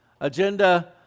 Agenda